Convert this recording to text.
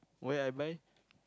where I buy